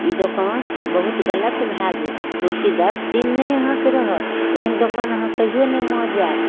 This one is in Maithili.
ई दोकान बहुत गलत भऽ गेल कुरसी दस दिन नहि अहाँके रहल एहन दोकान अहाँ कहिओ नहि माँ जाएब